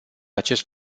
acest